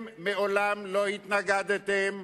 מעולם לא התנגדתם